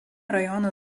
rajono